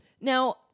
now